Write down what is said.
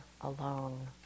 alone